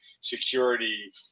security